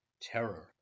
terror